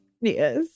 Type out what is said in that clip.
yes